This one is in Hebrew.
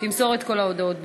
תמסור את כל ההודעות ברצף.